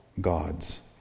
God's